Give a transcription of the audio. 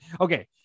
okay